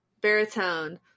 Baritone